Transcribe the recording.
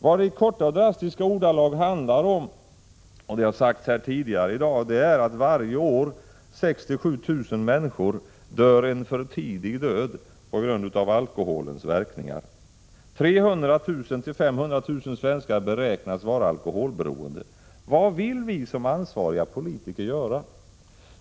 Vad det i korta och drastiska ordalag handlar om är att 6 000-7 000 människor varje år beräknas dö för tidigt på grund av alkoholens skadeverkningar. 300 000-500 000 svenskar beräknas vara alkoholberoende. Vad vill vi som ansvariga politiker göra?